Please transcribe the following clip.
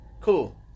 Cool